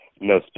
no